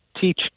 teach